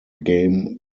game